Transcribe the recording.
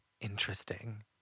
interesting